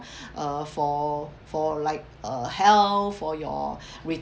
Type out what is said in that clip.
uh for for like uh health for your